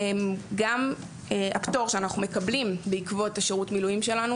גם הפטור שאנחנו מקבלים בעקבות שירות המילואים שלנו,